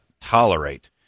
tolerate